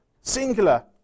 singular